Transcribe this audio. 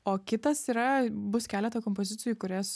o kitas yra bus keletą kompozicijų kurias